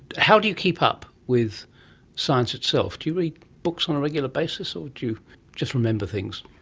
how do you keep up with science itself? do you read books on a regular basis, or do you just remember things?